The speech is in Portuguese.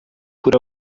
por